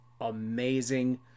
amazing